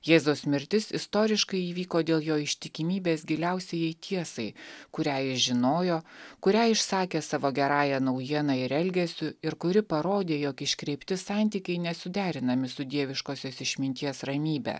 jėzus mirtis istoriškai įvyko dėl jo ištikimybės giliausiajai tiesai kurią jis žinojo kurią išsakė savo gerąja naujiena ir elgesiu ir kuri parodė jog iškreipti santykiai nesuderinami su dieviškosios išminties ramybe